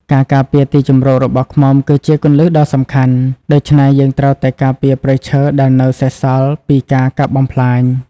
ការការពារទីជម្រករបស់ឃ្មុំគឺជាគន្លឹះដ៏សំខាន់ ដូច្នេះយើងត្រូវតែការពារព្រៃឈើដែលនៅសេសសល់ពីការកាប់បំផ្លាញ។